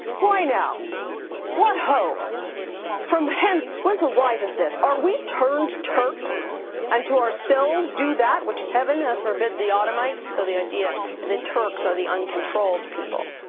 why now what ho from hence whence arises this are we turned turks unto ourselves do that which heaven hath forbid the automates so the idea and the turks are the uncontrolled people